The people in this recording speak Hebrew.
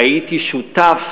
והייתי שותף